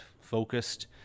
focused